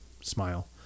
Smile